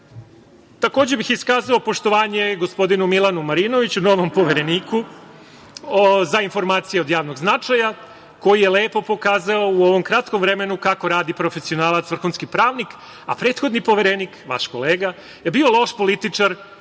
Bastaća. Iskazao bih poštovanje gospodinu Milanu Marinoviću, novom Povereniku za informacije od javnog značaja, koji je lepo pokazao u ovom kratkom vremenu kako radi profesionalac, vrhunski pravnik, a prethodni poverenik, vaš kolega je bio loš političar